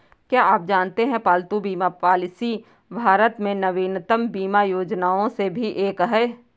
क्या आप जानते है पालतू बीमा पॉलिसी भारत में नवीनतम बीमा योजनाओं में से एक है?